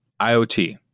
IoT